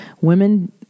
women